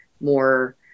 more